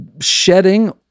shedding